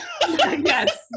Yes